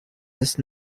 just